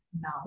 now